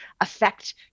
affect